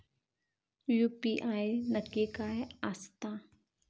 UPI नक्की काय आसता?